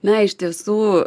na iš tiesų